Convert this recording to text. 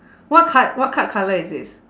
what card what card colour is this